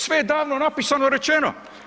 Sve je davno napisano i rečeno.